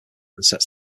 sets